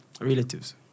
relatives